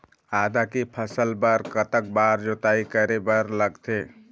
आदा के फसल बर कतक बार जोताई करे बर लगथे?